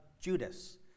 Judas